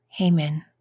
amen